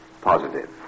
Positive